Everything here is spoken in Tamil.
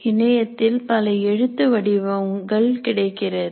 இணையத்தில் பல எழுத்து வடிவங்கள் கிடைக்கிறது